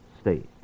state